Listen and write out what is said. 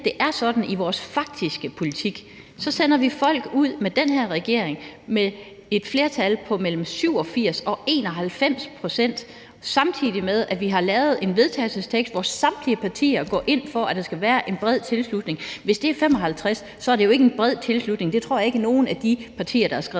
det er sådan i vores faktiske politik, med den her regering, at vi sender folk ud med et flertal på mellem 87 og 91 pct., samtidig med at vi har lavet en vedtagelsestekst, hvor samtlige partier går ind for, at der skal være en bred tilslutning. Hvis det er 55 pct., er det jo ikke en bred tilslutning. Det tror jeg ikke nogen af de partier der har skrevet